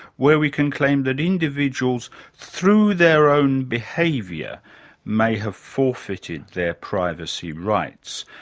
where we can claim that individuals through their own behaviour may have forfeited their privacy rights,